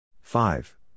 five